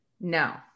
No